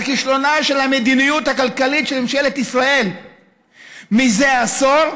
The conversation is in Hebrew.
על כישלונה של המדיניות הכלכלית של ממשלת ישראל זה עשור,